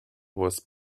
was